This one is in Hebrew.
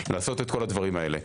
לעשות את כל הדברים הללו.